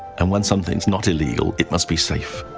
and when something's not illegal, it must be safe.